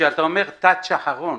כשאתה אומר "טאץ' אחרון",